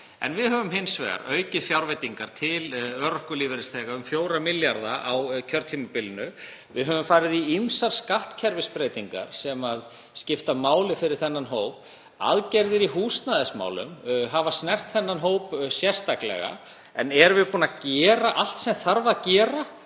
en við höfum hins vegar aukið fjárveitingar til örorkulífeyrisþega um 4 milljarða á kjörtímabilinu. Við höfum farið í ýmsar skattkerfisbreytingar sem skipta máli fyrir þennan hóp. Aðgerðir í húsnæðismálum hafa snert þennan hóp sérstaklega. En erum við búin að gera allt sem þarf að gera?